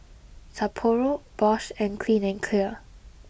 Sapporo Bosch and Clean and Clear